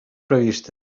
previstes